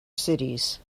cities